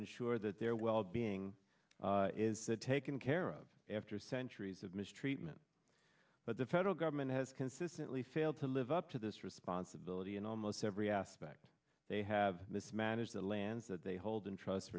ensure that their well being is taken care of after centuries of mistreatment but the federal government has consistently failed to live up to this responsibility in almost every aspect they have mismanaged the lands that they hold in trust